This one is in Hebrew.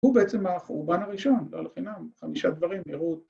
‫הוא בעצם החורבן הראשון, ‫לא לחינם, חמישה דברים אירעו